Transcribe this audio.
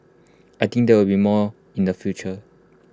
I think there will be more in the future